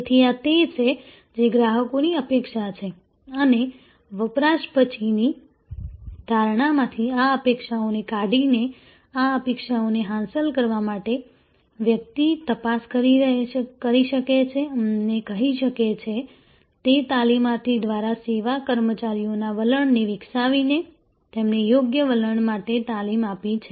તેથી આ તે છે જે ગ્રાહકોની અપેક્ષા છે અને વપરાશ પછીની ધારણામાંથી આ અપેક્ષાઓને કાઢીને આ અપેક્ષાને હાંસલ કરવા માટે વ્યક્તિ તપાસ કરી શકે છે અને કહી શકે છે તે તાલીમાર્થી દ્વારા સેવા કર્મચારીઓના વલણને વિકસાવીને તેમને યોગ્ય વલણ માટે તાલીમ આપીને છે